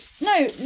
no